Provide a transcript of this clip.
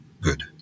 good